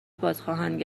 بازخواهند